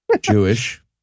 Jewish